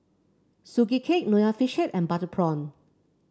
Sugee Cake Nonya Fish Head and Butter Prawn